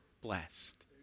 blessed